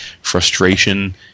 frustration